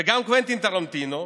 וגם קוונטין טרנטינו,